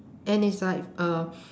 and it's like uh